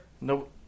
Nope